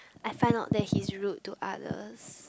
I find out that he's rude to others